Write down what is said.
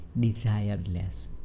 desireless